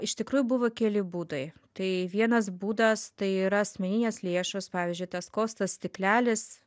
iš tikrųjų buvo keli būdai tai vienas būdas tai yra asmeninės lėšos pavyzdžiui tas kostas stiklelis